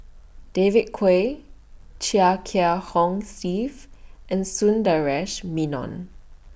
David Kwo Chia Kiah Hong Steve and Sundaresh Menon